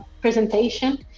presentation